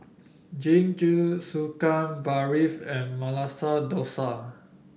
Jingisukan Barfi and Masala Dosa